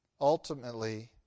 Ultimately